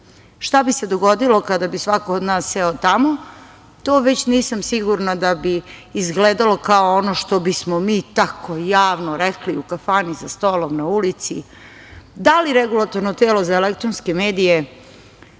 bi se dogodilo, kada bi svako od nas seo tamo, to već nisam sigurna da bi izgledalo kao ono što bismo mi tako javno rekli u kafani za stolom, na ulici, da li regulatorno telo za elektronske medije,